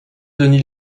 denis